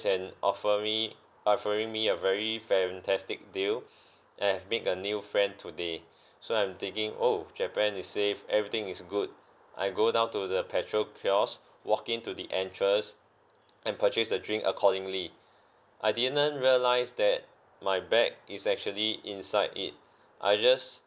and offer me offering me a very fantastic deal I have make a new friend today so I'm thinking oh japan is safe everything is good I go down to the petrol kiosk walk in to the entrance and purchased the drink accordingly I didn't realise that my bag is actually inside it I just